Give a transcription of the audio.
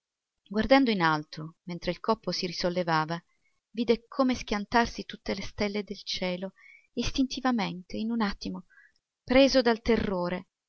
guardando in alto mentre il coppo si risollevava vide come schiantarsi tutte le stelle del cielo e istintivamente in un attimo preso dal terrore